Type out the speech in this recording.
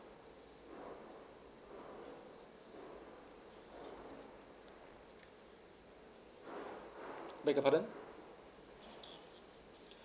beg your pardon